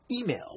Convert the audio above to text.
Email